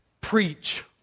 preach